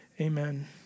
Amen